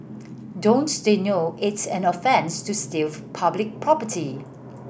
don't they know it's an offence to steal public property